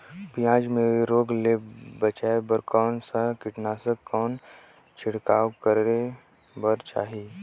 पियाज मे रोग ले बचाय बार कौन सा कीटनाशक कौन छिड़काव करे बर चाही?